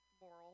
moral